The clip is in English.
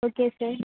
okay sir